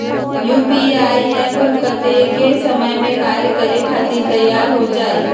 UPI app कतेइक समय मे कार्य करे खातीर तैयार हो जाई?